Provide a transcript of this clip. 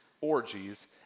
orgies